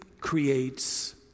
creates